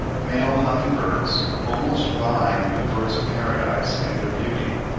male humming-birds almost vie with birds of paradise in their beauty,